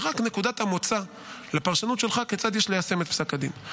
היא רק נקודת המוצא לפרשנות שלך כיצד יש ליישם את פסק הדין.